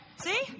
See